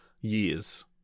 years